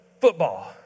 football